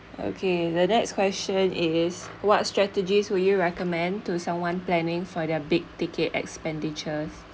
okay the next question is what strategies would you recommend to someone planning for their big ticket expenditures